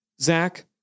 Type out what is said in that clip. Zach